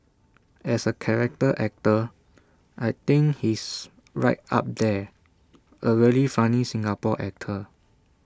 as A character actor I think he's right up there A really funny Singapore actor